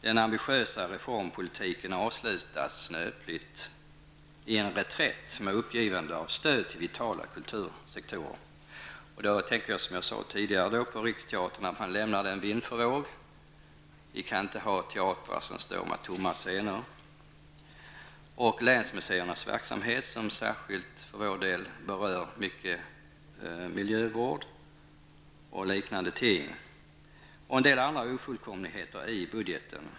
Den ambitiösa reformpolitiken avslutas snöpligt i en reträtt med uppgivande av stöd till vitala kultursektorer. Jag tänker då, som jag sade tidigare, på Riksteatern, som man lämnar vind för våg. Vi kan inte ha teatrar som står med tomma scener. Jag tänker också på länsmuseernas verksamhet som särskilt för vår del berör miljövård och liknande ting. Det finns också en del andra ofullkomligheter i budgeten.